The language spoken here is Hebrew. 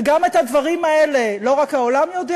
וגם את הדברים האלה לא רק העולם יודע,